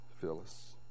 Phyllis